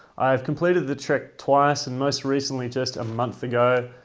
i have completed the trek twice and most recently just a month ago,